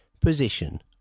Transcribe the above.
Position